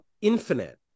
Infinite